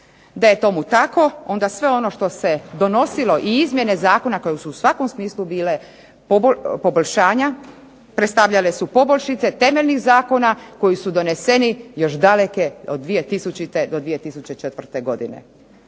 DA je tomu tako, onda sve ono što se donosilo i izmjene Zakona koje su u svakom smislu bili poboljšanja, predstavljale su poboljšice temeljnih zakona koji su doneseni još davne od 2000. do 2004. godine.